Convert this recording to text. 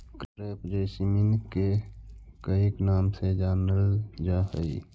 crepe jasmine के कईक नाम से जानलजा हइ